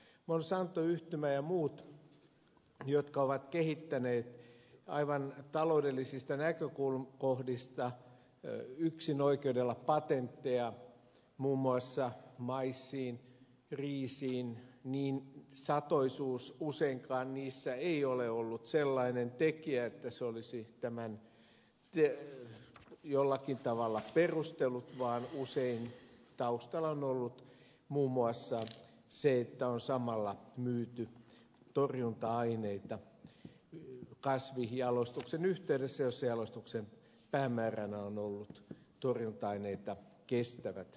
kun monsanto yhtymä ja muut ovat kehittäneet aivan taloudellisista näkökohdista yksinoikeudella patentteja muun muassa maissiin riisiin niin satoisuus useinkaan niissä ei ole ollut sellainen tekijä että se olisi tämän jollakin tavalla perustellut vaan usein taustalla on ollut muun muassa se että on samalla myyty torjunta aineita kasvinjalostuksen yhteydessä jossa jalostuksen päämääränä on ollut torjunta aineita kestävät lajikkeet